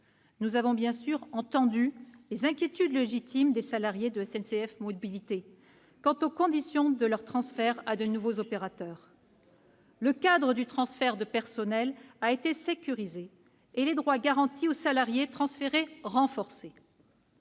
Nous avons, bien sûr, entendu les inquiétudes légitimes des salariés de SNCF Mobilités quant aux conditions de leur transfert à de nouveaux opérateurs. Le cadre du transfert de personnel a ainsi été sécurisé, et les droits garantis aux salariés transférés, renforcés.